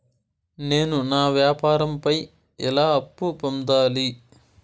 నేను నా వ్యాపారం పై ఎలా అప్పు పొందాలి?